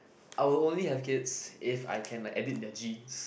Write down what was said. I will only have kids if I can like edit their genes